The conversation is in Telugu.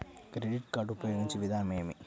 క్రెడిట్ కార్డు ఉపయోగించే విధానం ఏమి?